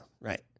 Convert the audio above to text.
right